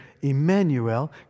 Emmanuel